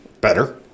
better